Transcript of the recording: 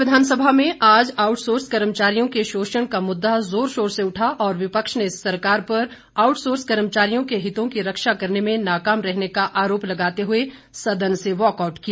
प्रदेश विधानसभा में आज आउटसोर्स कर्मचारियों के शोषण का मुद्दा जोर शोर से उठा और विपक्ष ने सरकार पर आउटसोर्स कर्मचारियों के हितों की रक्षा करने में नाकाम रहने का आरोप लगाते हुए सदन से वाकआउट किया